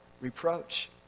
reproach